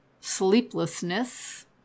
sleeplessness